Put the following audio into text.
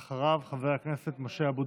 ואחריו, חבר הכנסת משה אבוטבול.